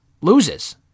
loses